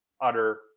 utter